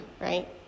right